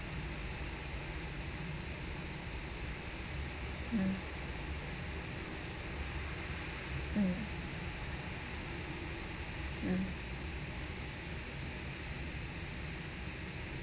mm mm mm